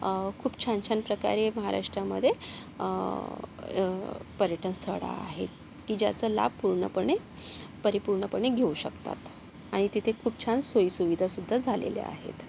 खूप छान छानप्रकारे महाराष्ट्रामध्ये पर्यटन स्थळं आहेत की ज्याचा लाभ पूर्णपणे परिपूर्णपणे घेऊ शकतात आणि तिथे खूप छान सोयीसुविधा सुद्धा झालेल्या आहेत